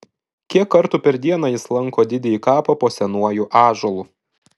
kiek kartų per dieną jis lanko didįjį kapą po senuoju ąžuolu